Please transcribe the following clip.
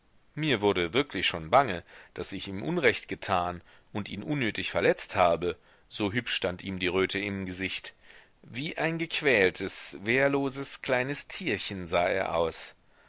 mir wurde wirklich schon bange daß ich ihm unrecht getan und ihn unnötig verletzt habe so hübsch stand ihm die röte im gesicht wie ein gequältes wehrloses kleines tierchen sah er aus